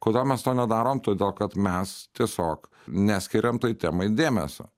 kodėl mes to nedarom todėl kad mes tiesiog neskiriam tai temai dėmesio